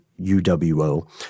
UWO